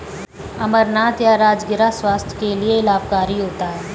अमरनाथ या राजगिरा स्वास्थ्य के लिए लाभकारी होता है